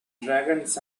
dragons